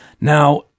Now